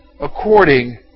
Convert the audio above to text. according